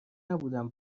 نبودم